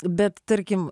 bet tarkim